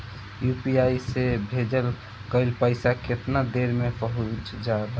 UPI से भेजल गईल पईसा कितना देर में पहुंच जाला?